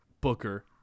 Booker